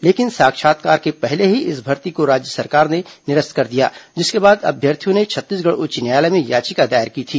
लेकिन साक्षात्कार के पहले ही इस भर्ती को राज्य सरकार ने निरस्त कर दिया जिसके बाद अभ्यर्थियों ने छत्तीसगढ़ उच्च न्यायालय में याचिका दायर की थी